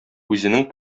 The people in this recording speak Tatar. үзенең